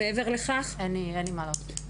אין לי מה להוסיף.